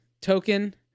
token